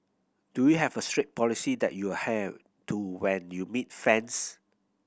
do you have a strict policy that you adhere to when you meet fans